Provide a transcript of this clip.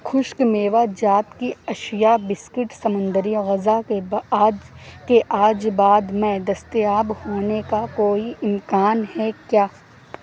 خشک میوہ جات کی اشیاء بسکٹ سمندری غذا کے آج کے آج بعد میں دستیاب ہونے کا کوئی امکان ہے کیا